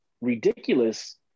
ridiculous